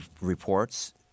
reports